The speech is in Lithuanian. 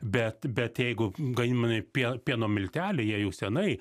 bet bet jeigu gamimami pie pieno milteliai jie jau senai